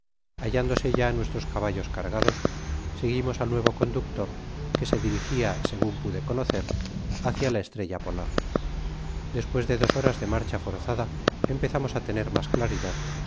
hallándose ya nuestros caballos cargados seguimos al nuevo conductor que se dirigia segun pude conocer licia la estrella polar despues de dos horas de marcha forzada empezamos á tener mas claridad